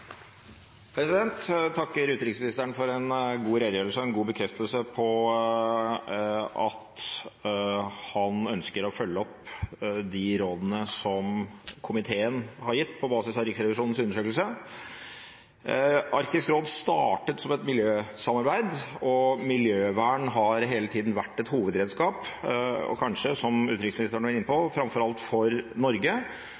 en god bekreftelse på at han ønsker å følge opp de rådene som komiteen har gitt, på basis av Riksrevisjonens undersøkelse. Arktisk råd startet som et miljøsamarbeid. Miljøvern har hele tiden vært et hovedredskap, og kanskje framfor alt for Norge, som utenriksministeren var inne på, hvor ikke minst et program som Arctic Monitoring and Assessment Programme har vært et hovedredskap for å posisjonere Norge